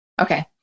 Okay